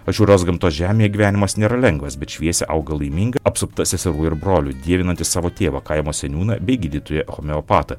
atšiaurios gamtos žemėje gyvenimas nėra lengvas bet šviesia auga laiminga apsupta seserų ir brolių dievinanti savo tėvą kaimo seniūną bei gydytoją homeopatą